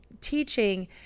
teaching